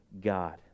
God